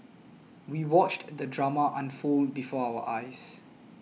we watched the drama unfold before our eyes